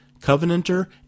covenanter